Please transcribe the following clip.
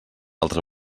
altra